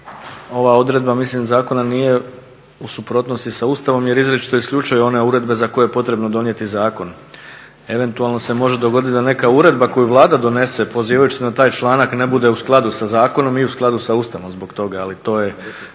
ova odredba mislim zakona nije u suprotnosti sa Ustavom jer izričito isključuje one uredbe za koje je potrebno donijeti zakon. Eventualno se može dogoditi da neka uredba koju Vlada donese pozivajući se na taj članak ne bude u skladu sa zakonom i u skladu sa Ustavom zbog toga. To može